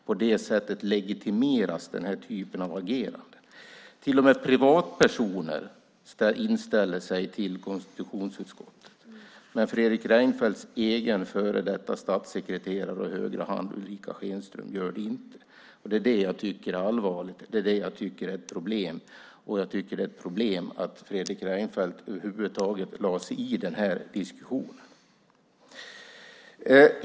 På det sättet legitimeras den här typen av agerande. Till och med privatpersoner inställer sig till konstitutionsutskottet. Men Fredrik Reinfeldts egen före detta statssekreterare och högra hand Ulrica Schenström gör det inte. Det är vad jag tycker är allvarligt och ett problem. Det är ett problem att Fredrik Reinfeldt över huvud taget lade sig i den här diskussionen.